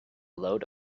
load